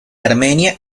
armenia